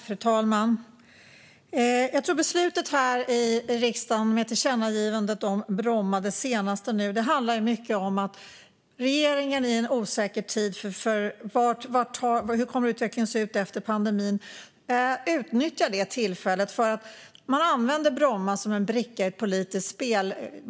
Fru talman! Jag tror att beslutet här i riksdagen med det senaste tillkännagivandet om Bromma mycket handlar om att regeringen i en osäker tid när det gäller hur utvecklingen kommer att se ut efter pandemin utnyttjar det tillfället och använder Bromma som en bricka i ett politiskt spel.